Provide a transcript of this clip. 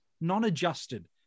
non-adjusted